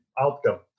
outcome